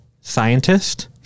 scientist